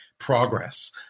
progress